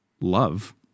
love